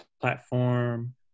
platform